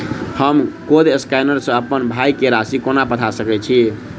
हम code scanner सँ अप्पन भाय केँ राशि कोना पठा सकैत छियैन?